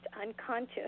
unconscious